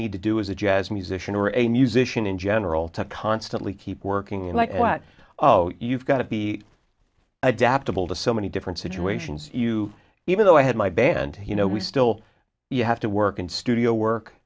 need to do as a jazz musician or a musician in general to constantly keep working like what oh you've got to be adaptable to so many different situations you even though i had my band you know we still have to work in studio